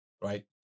right